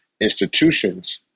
institutions